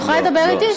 היא יכולה לדבר איתי?